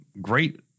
great